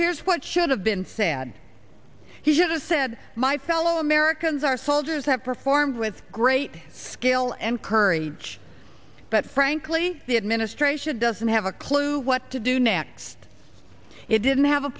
here's what should have been said he should have said my fellow americans our soldiers have performed with great skill and courage but frankly the administration doesn't have a clue what to do next it didn't have a